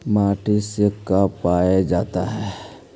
माटी से का पाया जाता है?